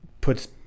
puts